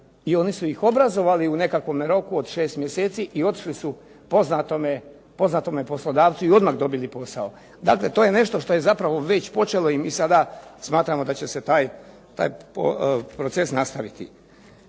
i oni su ih obrazovali u nekakvome roku od šest mjeseci i otišli su poznatome poslodavcu i odmah dobili posao. Dakle, to je nešto što je zapravo već počelo i mi sada smatramo da će se taj proces nastaviti.